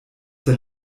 der